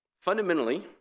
Fundamentally